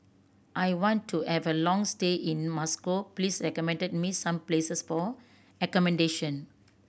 I want to have a long stay in Moscow please recommend me some places for accommodation